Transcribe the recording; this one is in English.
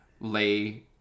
lay